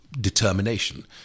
determination